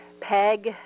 Peg